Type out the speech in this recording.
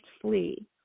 flee